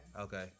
Okay